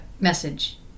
message